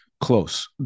close